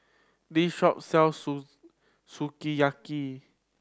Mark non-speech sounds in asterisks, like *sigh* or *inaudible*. this shop sells *unintelligible* Sukiyaki